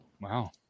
Wow